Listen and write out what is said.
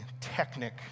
technic